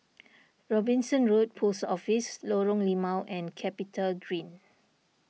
Robinson Road Post Office Lorong Limau and CapitaGreen